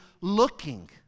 looking